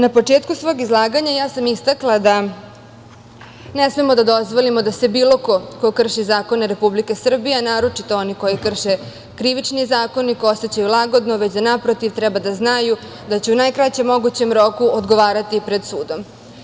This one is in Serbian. Na početku svog izlaganja ja sam istakla da ne smemo da dozvolimo da se bilo ko ko krši zakone Republike Srbije, a naročito oni koji krše Krivični zakonik, osećaju lagodno, već da, naprotiv, treba da znaju da će u najkraćem mogućem roku odgovarati pred sudom.